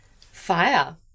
Fire